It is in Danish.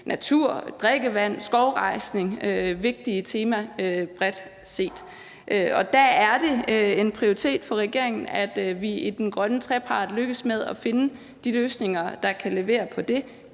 natur, drikkevand og skovrejsning – vigtige temaer bredt set. Og der er det en prioritet for regeringen, at vi i den grønne trepart lykkes med finde de løsninger, der kan levere på det.